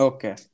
Okay